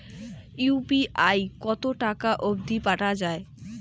UPI কতো টাকা অব্দি পাঠা যায়?